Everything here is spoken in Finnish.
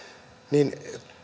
niin